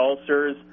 ulcers